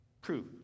Proof